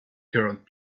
current